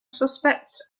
suspects